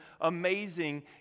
amazing